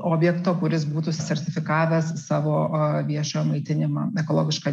objekto kuris būtų sertifikavęs savo viešą maitinimą ekologišką